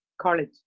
college